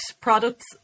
products